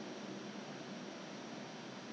err but now now so much better